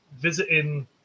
visiting